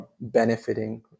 benefiting